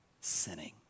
sinning